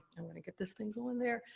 i'm gonna get this thing going there.